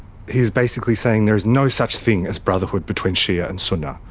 he is basically saying there is no such thing as brotherhood between shia and sunni.